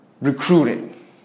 recruiting